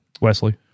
Wesley